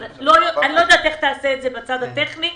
אני לא יודעת איך תעשה את זה בצד הטכני,